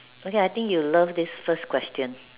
okay I think you love this first question